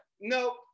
Nope